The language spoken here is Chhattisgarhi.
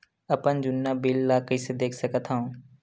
अपन जुन्ना बिल ला कइसे देख सकत हाव?